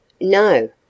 No